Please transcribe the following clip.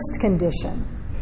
condition